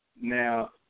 Now